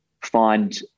find